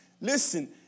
listen